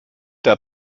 der